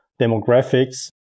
demographics